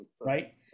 Right